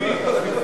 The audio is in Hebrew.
אפיפית.